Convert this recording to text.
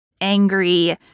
angry